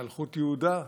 למלכות יהודה,